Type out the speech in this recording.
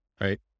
right